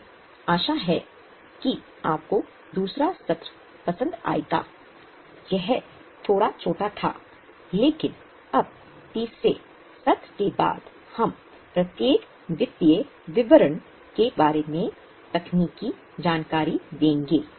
मुझे आशा है कि आपको दूसरा सत्र पसंद आएगा यह थोड़ा छोटा था लेकिन अब तीसरे सत्र के बाद हम प्रत्येक वित्तीय विवरण के बारे में तकनीकी जानकारी देंगे